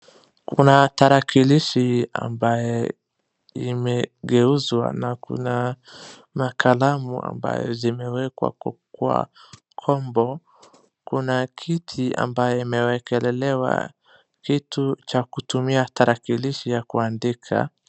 Kuna tarakilishi ambaye imegeuzwa na kuna kalamu ambayo zimewekwa kwa kombe. Kuna kiti ambayo imewekelewa kitu cha kutumia tarakilishi ya kuandika.